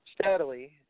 steadily